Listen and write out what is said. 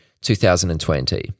2020